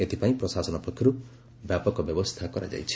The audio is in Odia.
ଏଥିପାଇଁ ପ୍ରଶାସନ ପକ୍ଷରୁ ବ୍ୟାପକ ବ୍ୟବସ୍କା କରାଯାଇଛି